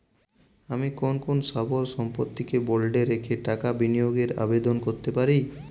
আমি কোন কোন স্থাবর সম্পত্তিকে বন্ডে রেখে টাকা বিনিয়োগের আবেদন করতে পারি?